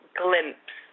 glimpse